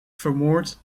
vermoord